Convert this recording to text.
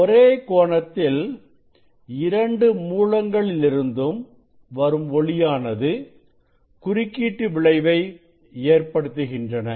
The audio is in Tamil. ஒரே கோணத்தில் 2 மூலங்களிலிருந்தும் வரும் ஒளியானது குறுக்கீட்டு விளைவு ஏற்படுத்துகின்றன